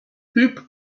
hoop